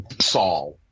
Saul